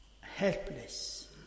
helpless